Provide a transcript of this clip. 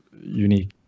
unique